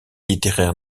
littéraire